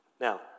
Now